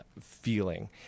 feeling